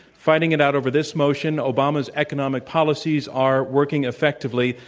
fighting it out over this motion, obama's economic policies are working effectively.